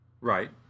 right